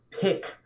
pick